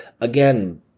Again